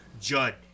Judd